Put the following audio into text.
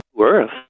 earth